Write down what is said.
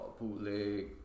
bootleg